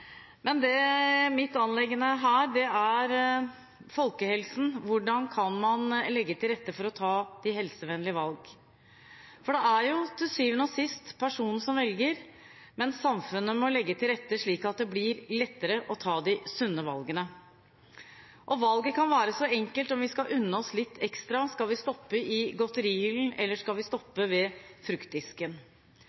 Men mitt anliggende her er folkehelsen og hvordan man kan legge til rette for å ta de helsevennlige valgene. For til syvende og sist er det personen som velger, men samfunnet må legge til rette slik at det blir lettere å ta de sunne valgene. Valget kan være så enkelt som at når vi skal unne oss litt ekstra – skal vi stoppe i godterihyllen, eller skal vi stoppe ved